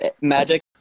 Magic